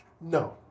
No